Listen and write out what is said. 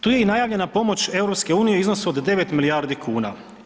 Tu je i najavljena pomoć EU u iznosu od 9 milijardi kuna.